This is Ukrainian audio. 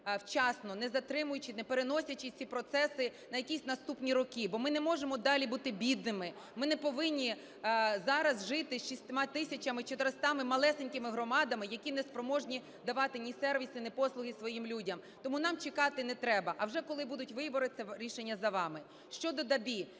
вчасно, не затримуючи, не переносячи ці процеси на якісь наступні роки. Бо ми не можемо далі бути бідними, ми не повинні зараз жити з 6 тисячами 400 малесенькими громадами, які не спроможні давати ні сервіси, ні послуги своїм людям. Тому нам чекати не треба. А вже коли будуть вибори, це рішення за вами. Щодо ДАБІ.